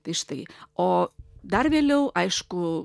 tai štai o dar vėliau aišku